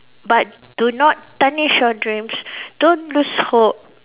but do not tarnish your dreams don't lose hope